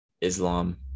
Islam